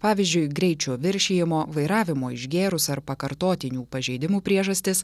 pavyzdžiui greičio viršijimo vairavimo išgėrus ar pakartotinių pažeidimų priežastis